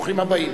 ברוכים הבאים.